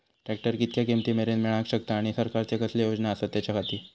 Tractor कितक्या किमती मरेन मेळाक शकता आनी सरकारचे कसले योजना आसत त्याच्याखाती?